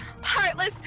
heartless